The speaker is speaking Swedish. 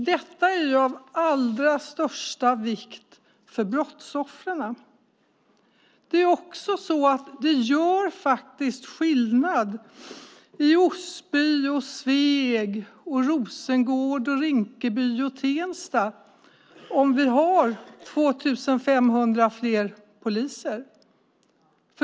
Detta är av allra största vikt för brottsoffren. Det gör faktiskt skillnad i Osby, Sveg, Rosengård, Rinkeby och Tensta om vi har 2 500 fler poliser.